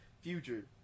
Future